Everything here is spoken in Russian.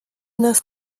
нас